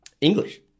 English